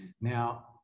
Now